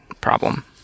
problem